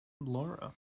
Laura